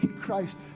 Christ